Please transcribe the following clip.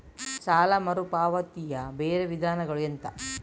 ಸಾಲ ಮರುಪಾವತಿಯ ಬೇರೆ ವಿಧಾನಗಳು ಎಂತ?